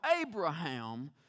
Abraham